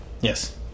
Yes